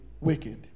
wicked